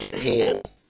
hand